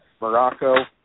morocco